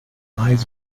eyes